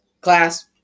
class